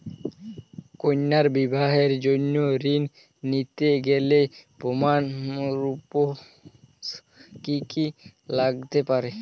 কন্যার বিবাহের জন্য ঋণ নিতে গেলে প্রমাণ স্বরূপ কী কী দেখাতে হবে?